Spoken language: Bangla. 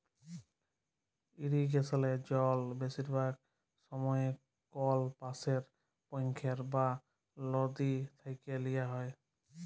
ইরিগেসলে জল বেশিরভাগ সময়ই কল পাশের পখ্ইর বা লদী থ্যাইকে লিয়া হ্যয়